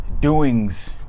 doings